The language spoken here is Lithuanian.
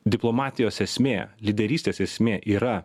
diplomatijos esmė lyderystės esmė yra